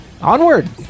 Onward